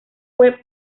fue